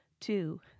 two